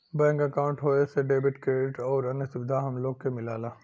bank अंकाउट होये से डेबिट, क्रेडिट आउर अन्य सुविधा हम लोग के मिलला